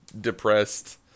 depressed